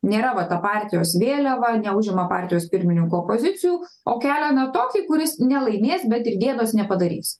nėra va ta partijos vėliava neužima partijos pirmininko pozicijų o kelia na tokį kuris nelaimės bet ir gėdos nepadarys